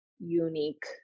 unique